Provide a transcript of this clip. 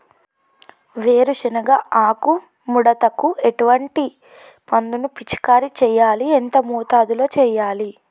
వేరుశెనగ ఆకు ముడతకు ఎటువంటి మందును పిచికారీ చెయ్యాలి? ఎంత మోతాదులో చెయ్యాలి?